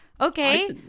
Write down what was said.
Okay